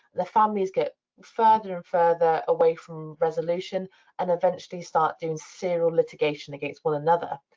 the families get further and further away from resolution and eventually start doing serial litigation against one another.